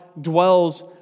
dwells